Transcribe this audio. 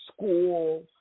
school